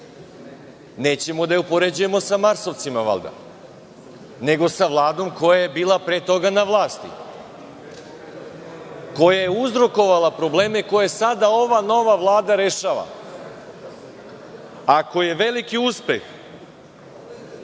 Nećemo da je upoređujemo sa marsovcima valjda, nego sa Vladom koja je bila pre toga na vlasti, koja je uzrokovala probleme koje sada ova nova Vlada rešava. Ako je veliki uspeh